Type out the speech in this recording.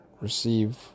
receive